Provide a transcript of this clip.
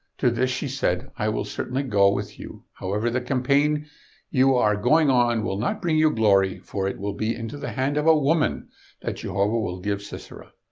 to this she said i will certainly go with you. however, the campaign you are going on will not bring you glory, for it will be into the hand of a woman that jehovah will give sisera.